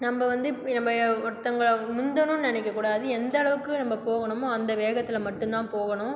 நம்ப வந்து நம்ப ஒருத்தங்கள முந்தணுன்னு நினைக்க கூடாது எந்த அளவுக்கு நம்ப போகணுமோ அந்த வேகத்தில் மட்டுந்தான் போகணும்